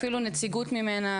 אפילו נציגות ממנה,